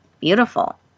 Beautiful